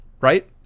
right